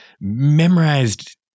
memorized